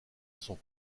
sont